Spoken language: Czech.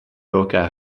velká